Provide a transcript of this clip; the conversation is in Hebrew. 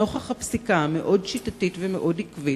נוכח הפסיקה המאוד שיטתית ומאוד עקבית,